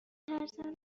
ترسم